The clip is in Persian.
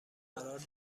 قرار